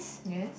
yes